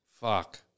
Fuck